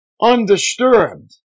undisturbed